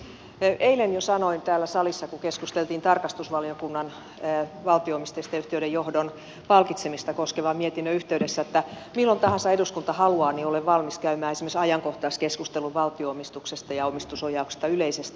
eilen jo sanoin täällä salissa kun keskusteltiin tarkastusvaliokunnan valtio omisteisten yhtiöiden johdon palkitsemista koskevan mietinnön yhteydessä että milloin tahansa eduskunta haluaa olen valmis käymään esimerkiksi ajankohtaiskeskustelun valtio omistuksesta ja omistusohjauksesta yleisesti